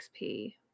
XP